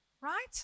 right